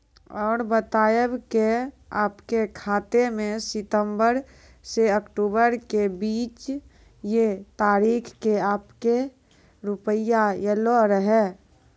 और बतायब के आपके खाते मे सितंबर से अक्टूबर के बीज ये तारीख के आपके के रुपिया येलो रहे?